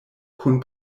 kun